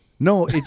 No